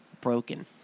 broken